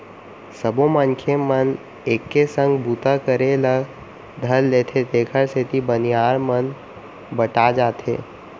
सबो मनखे मन एके संग बूता करे ल धर लेथें तेकर सेती बनिहार मन बँटा जाथें